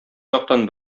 яктан